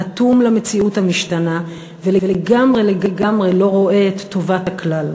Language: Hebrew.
אטום למציאות המשתנה ולגמרי לא רואה את טובת הכלל.